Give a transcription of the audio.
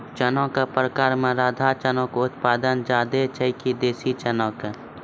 चना के प्रकार मे राधा चना के उत्पादन ज्यादा छै कि देसी चना के?